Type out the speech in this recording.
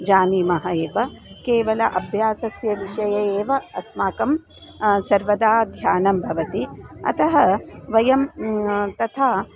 जानीमः एव केवलम् अभ्यासस्य विषये एव अस्माकं सर्वदा ध्यानं भवति अतः वयं तथा